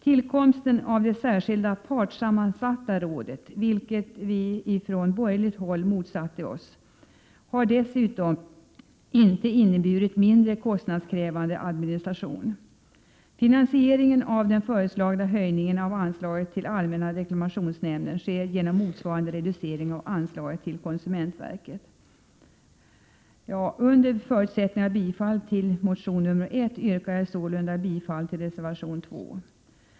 Tillkomsten av det särskilda partssammansatta rådet, vilket vi motsatte oss, har dessutom inte inneburit mindre kostnadskrävande administration. Finansiering av den föreslagna höjningen av anslaget till allmänna reklamationsnämnden sker genom motsvarande reducering av anslaget till konsumentverket. I händelse av bifall till reservation 1 yrkar jag bifall till reservation 2.